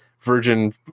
virgin